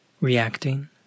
reacting